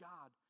God